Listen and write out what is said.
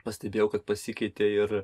pastebėjau kad pasikeitė ir